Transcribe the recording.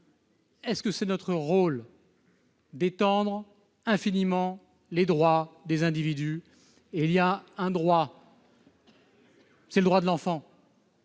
Est-ce bien notre rôle que d'étendre infiniment les droits des individus ? Il y a un droit ci, c'est le droit de l'enfant